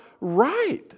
right